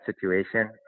situation